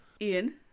Ian